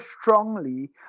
strongly